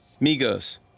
Migos